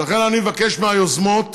ולכן, אני מבקש מהיוזמות